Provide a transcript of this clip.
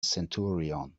centurion